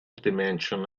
dimension